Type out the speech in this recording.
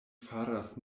faras